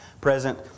present